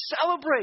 celebrate